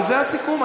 וזה הסיכום.